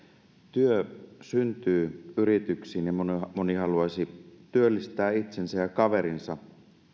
työ syntyy yrityksiin ja moni haluaisi työllistää itsensä ja kaverinsa